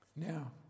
now